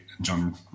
john